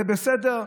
זה בסדר,